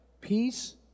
peace